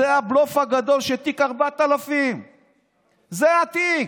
זה הבלוף הגדול של תיק 4000. זה התיק.